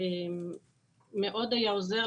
היה מאוד עוזר,